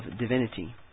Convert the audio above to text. divinity